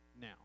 now